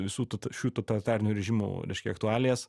visų šių totalitarinių režimų reiškia aktualijas